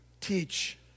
teach